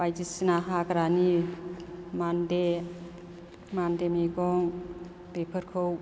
बायदिसिना हाग्रानि मानदे मानदे मैगं बेफोरखौ